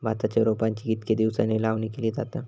भाताच्या रोपांची कितके दिसांनी लावणी केली जाता?